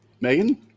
megan